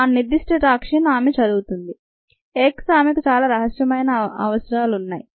ఆ నిర్థిష్ట టాక్సిన్ ఆమె చదువుతుంది X ఆమెకు చాలా రహస్యమైన అవసరాలున్నాయి